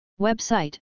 Website